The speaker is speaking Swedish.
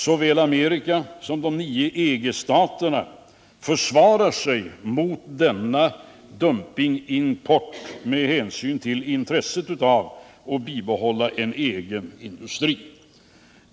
Såväl Amerika som de nio EG-staterna försvarar sig mot denna dumpingimport med hänsyn till intresset av att bibehålla en egen industri.